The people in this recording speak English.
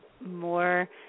more